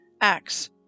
Acts